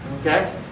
Okay